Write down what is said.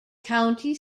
county